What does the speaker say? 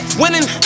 winning